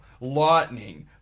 Lightning